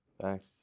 Thanks